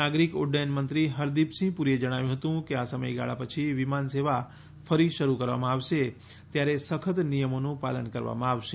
નાગરિક ઉડ્ડયન મંત્રી હરદીપસિંહ પુરીએ જણાવ્યું હતું કે આ સમયગાળા પછી વિમાન સેવા ફરી શરૂ કરવામાં આવશે ત્યારે સખત નિયમોનું પાલન કરવામાં આવશે